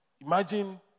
imagine